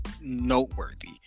noteworthy